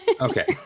Okay